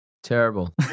Terrible